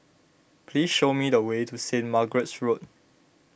please show me the way to Saint Margaret's Road